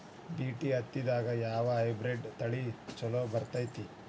BT ಹತ್ತಿದಾಗ ಯಾವ hybrid ತಳಿ ಛಲೋ ಬೆಳಿತೈತಿ?